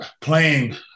playing